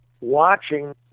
watching